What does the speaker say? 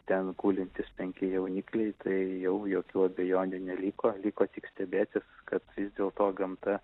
ten gulintys penki jaunikliai tai jau jokių abejonių neliko liko tik stebėtis kad vis dėlto gamta